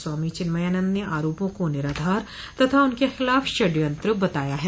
स्वामी चिन्मयानन्द ने आरोपों को निराधार तथा उनके खिलाफ षड्यंत्र बताया है